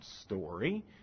story